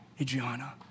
Adriana